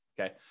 Okay